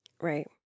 Right